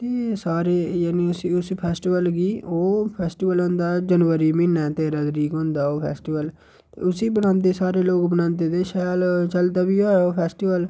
एह् सारे जानि उसी फैस्टीवल गी ओह् फैस्टीवल होंदा जनबरी म्हीना तेरां तरीक होंदा ओह् फैस्टीवल ते उसी बनांदे सारे लोक बनांदे ते शैल चलदा बी ऐ ओह् फैस्टीवल